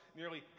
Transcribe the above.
nearly